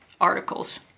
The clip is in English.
articles